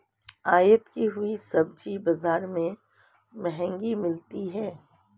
आयत की हुई सब्जी बाजार में महंगी मिलती है